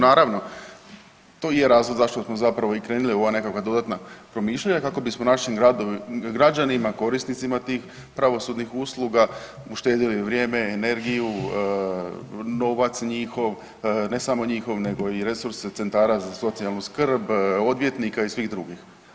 Naravno to i je razlog zašto smo zapravo i krenuli u ova nekakva dodatna promišljanja kako bismo našim građanima, korisnicima tih pravosudnih usluga uštedjeli vrijeme, energiju, novac njihov, ne samo njihov nego i resurse centara za socijalnu skrb, odvjetnika i svih drugih.